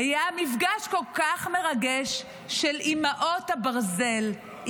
היה מפגש כל כך מרגש של אימהות הברזל,